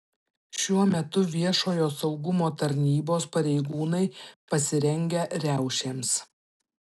šiuo metu viešojo saugumo tarnybos pareigūnai pasirengę riaušėms